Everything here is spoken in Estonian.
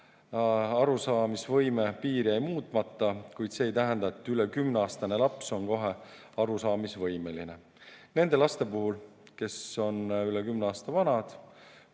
Arusaamisvõime piir jäi muutmata, kuid see ei tähenda, et üle kümneaastane laps on kohe arusaamisvõimeline. Nende laste puhul, kes on üle kümne aasta vanad,